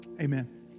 Amen